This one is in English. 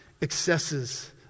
excesses